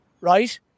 right